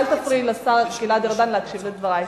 ואל תפריעי לשר ארדן להקשיב לדברי,